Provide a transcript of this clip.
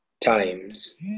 times